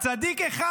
צדיק אחד.